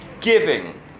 giving